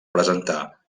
presentar